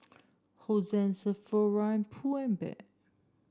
Hosen Sephora Pull and Bear